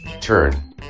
Turn